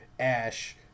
Ash